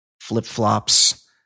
flip-flops